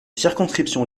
circonscriptions